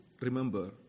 remember